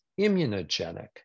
immunogenic